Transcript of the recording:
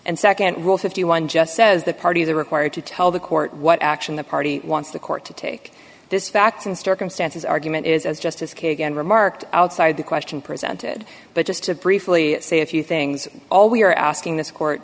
and nd rule fifty one just says the parties are required to tell the court what action the party wants the court to take this facts and circumstances argument is as justice kagan remarked outside the question presented but just to briefly say a few things all we are asking this court